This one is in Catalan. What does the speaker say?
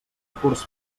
curs